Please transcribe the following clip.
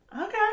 okay